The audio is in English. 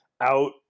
out